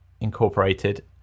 Incorporated